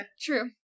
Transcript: True